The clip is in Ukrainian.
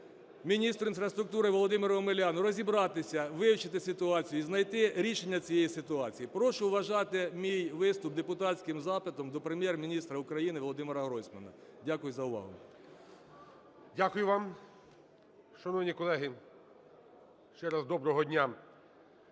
міністру інфраструктури Володимиру Омеляну розібратися, вивчити ситуацію і знайти рішення цієї ситуації. Прошу вважати мій виступ депутатським запитом до Прем'єр-міністра України Володимира Гройсмана. Дякую за увагу. Веде засідання Голова Верховної Ради